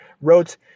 wrote